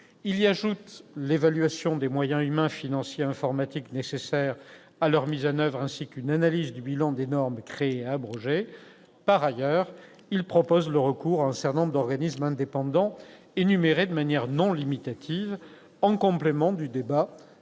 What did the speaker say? Il y ajoute l'évaluation des moyens humains, financiers et informatiques nécessaires à leur mise en oeuvre, ainsi qu'une analyse du bilan des normes créées et abrogées. Par ailleurs, il propose le recours à un certain nombre d'organismes indépendants énumérés de manière non limitative, en complément du débat,